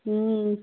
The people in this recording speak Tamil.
ம்